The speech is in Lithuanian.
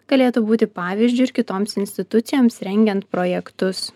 galėtų būti pavyzdžiu ir kitoms institucijoms rengiant projektus